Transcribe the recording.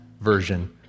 version